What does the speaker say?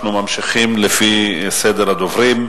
אנחנו ממשיכים לפי סדר הדוברים.